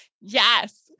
Yes